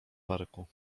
parku